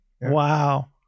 Wow